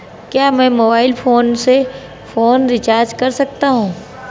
क्या मैं mobile phone से फोन रिचार्ज कर सकता हूं?